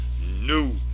new